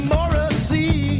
Morrissey